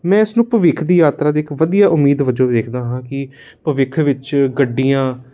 ਮੈਂ ਇਸ ਨੂੰ ਭਵਿੱਖ ਦੀ ਯਾਤਰਾ ਦੇ ਇੱਕ ਵਧੀਆ ਉਮੀਦ ਵਜੋਂ ਦੇਖਦਾ ਹਾਂ ਕਿ ਭਵਿੱਖ ਵਿੱਚ ਗੱਡੀਆਂ